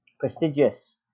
Prestigious